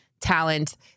talent